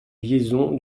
liaison